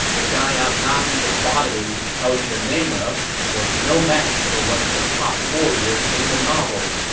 the guy i'm not even bothering to tell you the name of was no match for one of the top warriors in the novel.